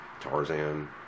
Tarzan